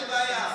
אין בעיה.